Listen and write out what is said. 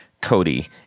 Cody